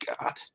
God